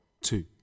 two